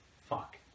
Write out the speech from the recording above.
fuck